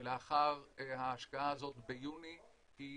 ולאחר ההשקעה הזאת, ביוני היא